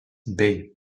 bei